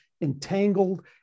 entangled